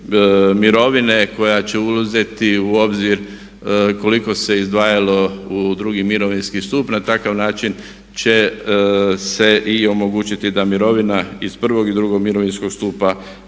mirovine koja će uzeti u obzir koliko se izdvajalo u drugi mirovinski stup. Na takav način će se i omogućiti da mirovina iz prvog i drugog mirovinskog stupa